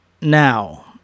now